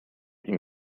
ihn